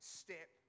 step